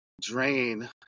drain